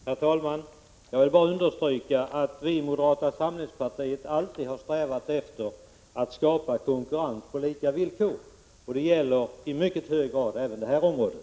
Herr talman! Jag vill bara understryka att vi i moderata samlingspartiet alltid har strävat efter att skapa konkurrens på lika villkor, och det gäller i mycket hög grad även på det här området.